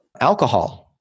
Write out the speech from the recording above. Alcohol